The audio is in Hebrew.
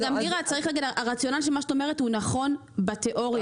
הרציונל של מה שאת אומרת הוא נכון בתאוריה,